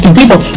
people